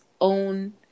own